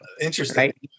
Interesting